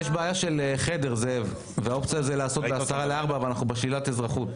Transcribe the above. יש בעיה של חדר והאופוזיציה זה לעשות 15:50 ואנחנו בשלילת אזרחות.